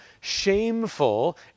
shameful